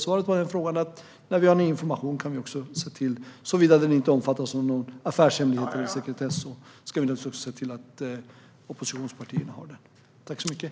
Svaret på den frågan är alltså att när vi har ny information ska vi - såvida den inte omfattas av affärshemligheter eller sekretess - se till att oppositionspartierna också har den.